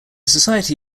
society